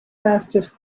fastest